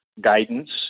guidance